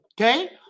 okay